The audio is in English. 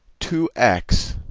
two x,